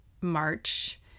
March